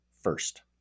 first